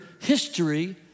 history